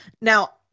Now